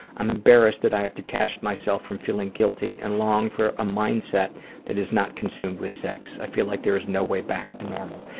i'm embarrassed that i have detached myself from feeling guilty and long for a mindset that is not consumed with sex. i feel like there is no way back to normal.